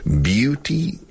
Beauty